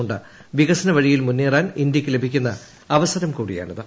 കൊണ്ട് വികസന വഴിയിൽ മുന്നേറാൻ ഇന്ത്യയ്ക്ക് ലഭിക്കുന്ന അവ സരം കൂടിയാണിത്